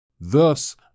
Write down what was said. Thus